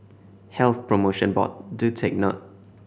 Health Promotion Board do take note